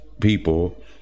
people